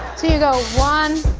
you go one,